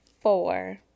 four